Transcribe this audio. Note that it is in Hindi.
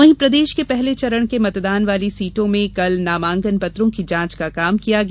वहीं प्रदेश के पहले चरण के मतदान वाली सीटों में कल नामांकन पत्रों की जांच का काम किया गया